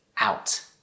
out